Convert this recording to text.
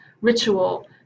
ritual